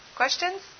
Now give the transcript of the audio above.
questions